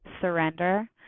surrender